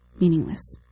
meaningless